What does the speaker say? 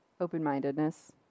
Open-mindedness